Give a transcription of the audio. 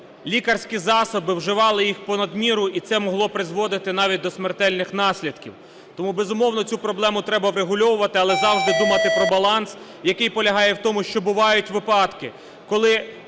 лікарські засоби, вживали їх понад міру, і це могло призводити навіть до смертельних наслідків. Тому, безумовно, цю проблему треба врегульовувати, але завжди думати про баланс, який полягає в тому, що бувають випадки, коли